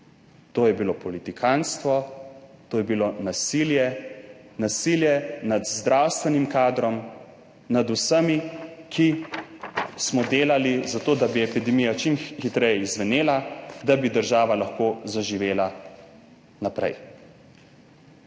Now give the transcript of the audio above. To je bilo politikantstvo, to je bilo nasilje, nasilje nad zdravstvenim kadrom, nad vsemi, ki smo delali za to, da bi epidemija čim hitreje izzvenela, da bi država lahko zaživela naprej.